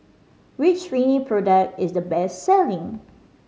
which Rene product is the best selling